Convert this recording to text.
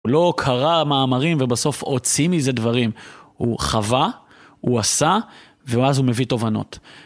הוא לא קרא מאמרים, ובסוף הוציא מזה דברים. הוא חווה, הוא עשה, ואז הוא מביא תובנות.